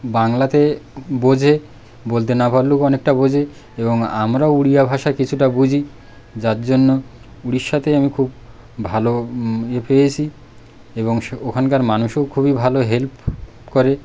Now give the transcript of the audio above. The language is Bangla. বাংলাতে বোঝে বলতে না পারলেও অনেকটা বোঝে এবং আমরাও উড়িয়া ভাষা কিছুটা বুঝি যার জন্য উড়িষ্যাতে আমি খুব ভালো ইয়ে পেয়েছি এবং ওখানকার মানুষও খুবই ভালো হেল্প করে